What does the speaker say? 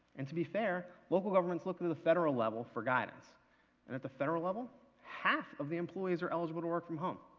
and to be fair, local governments look to to the federal level for guidance and at the federal level half of the employees are eligible to work from home.